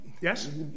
Yes